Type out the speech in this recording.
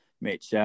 Mitch